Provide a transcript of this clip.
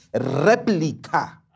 replica